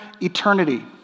eternity